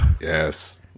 Yes